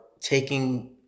taking